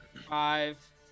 Five